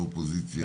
לא אופוזיציה,